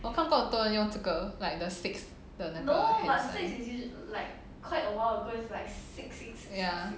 我看过很多人用这个 like the six 的那个 handsign ya